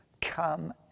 come